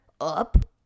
up